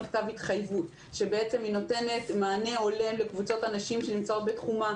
כתב התחייבות שבו היא נותנת מענה הולם לקבוצות הנשים שנמצאות בתחומה.